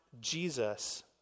Jesus